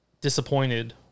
disappointed